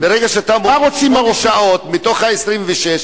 ברגע שאתה מוריד שמונה שעות מתוך ה-26,